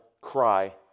cry